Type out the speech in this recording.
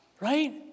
right